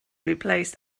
replaced